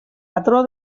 patró